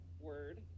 word